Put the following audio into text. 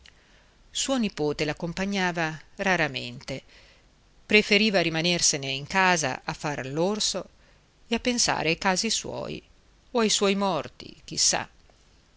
suo nipote l'accompagnava raramente preferiva rimanersene in casa a far l'orso e a pensare ai casi suoi o ai suoi morti chissà